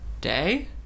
Day